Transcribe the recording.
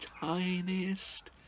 tiniest